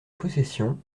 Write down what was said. possession